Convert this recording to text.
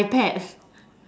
iPad